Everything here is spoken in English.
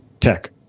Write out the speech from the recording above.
tech